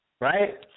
right